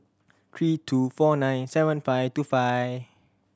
three two four nine seven five two five